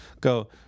go